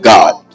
God